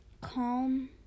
calm